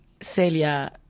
Celia